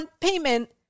payment